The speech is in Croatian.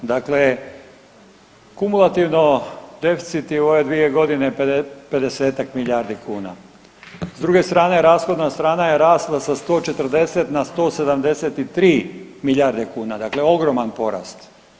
Dakle, kumulativno deficit je u ove dvije godine pedesetak milijardi kuna, s druge strane rashodna strana je rasla sa 140 na 173 milijarde kuna, dakle ogroman porast.